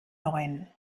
neuen